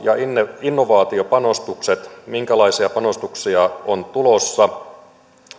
ja innovaatiopanostukset minkälaisia panostuksia on tulossa